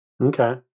Okay